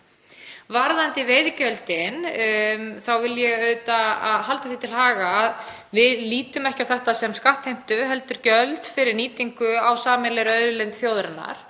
Varðandi veiðigjöldin þá vil ég að halda því til haga að við lítum ekki á þetta sem skattheimtu heldur gjöld fyrir nýtingu á sameiginlegri auðlind þjóðarinnar.